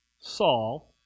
Saul